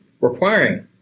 requiring